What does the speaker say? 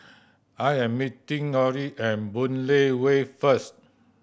I am meeting Orrie at Boon Lay Way first